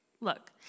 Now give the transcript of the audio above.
Look